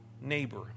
neighbor